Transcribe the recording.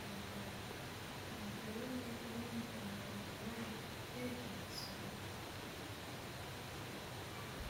Nendora, empeero ye rundi emaliira ye'ekyo'nekisoboka.